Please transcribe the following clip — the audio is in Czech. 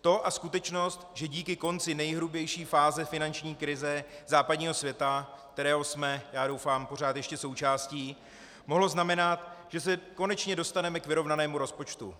To a skutečnost, že díky konci nejhrubější fáze finanční krize západního světa, kterého jsme já doufám pořád ještě součástí, mohlo znamenat, že se konečně dostaneme k vyrovnanému rozpočtu.